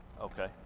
Okay